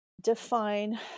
define